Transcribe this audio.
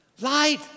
light